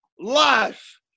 Life